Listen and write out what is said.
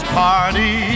party